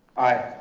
aye.